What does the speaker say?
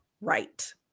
right